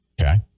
okay